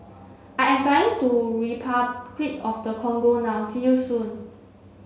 I am flying to Repuclic of the Congo now see you soon